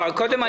דיבור.